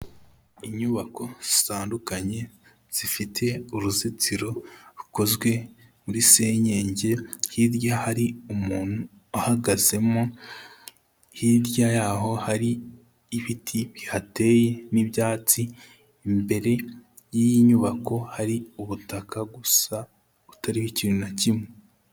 Inyubako zitandukanye zifite uruzitiro rukozwe muri senyenge, hirya hari umuntu uhagazemo, hirya yaho hari ibiti bihateye n'ibyatsi, imbere y'iyi nyubako hari ubutaka gusa butariho ikintu na kimwe.